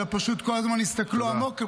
אלא פשוט כל הזמן יסתכלו עמוק בפנים,